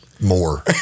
more